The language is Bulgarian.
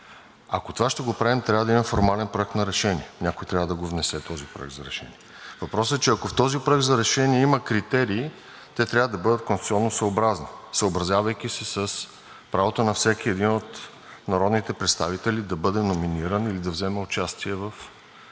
Ако това ще го правим, трябва да има формален проект на решение. Някой трябва да го внесе този проект за решение. Въпросът е, че ако в този проект за решение има критерии, те трябва да бъдат конституционосъобразни, съобразявайки се с правото на всеки един от народните представители да бъде номиниран или да вземе участие в